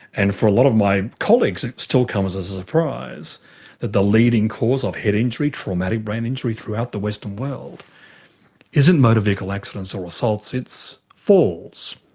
and for a lot of my colleagues it still comes as a surprise that the leading cause of head injury, traumatic brain injury, throughout the western world isn't motor vehicle accidents or assaults, it's falls.